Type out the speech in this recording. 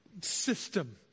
system